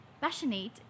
passionate